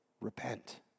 Repent